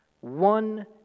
one